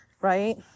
right